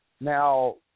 Now